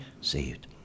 saved